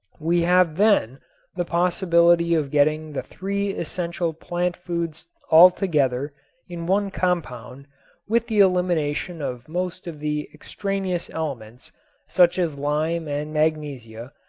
we have then the possibility of getting the three essential plant foods altogether in one compound with the elimination of most of the extraneous elements such as lime and magnesia,